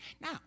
Now